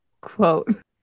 quote